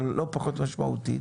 אבל לא פחות משמעותית,